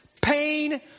pain